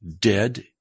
dead